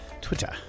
Twitter